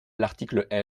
l’article